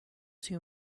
too